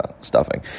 stuffing